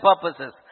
purposes